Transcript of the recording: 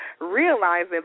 realizing